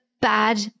bad